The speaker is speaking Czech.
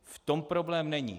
V tom problém není.